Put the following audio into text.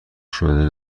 شده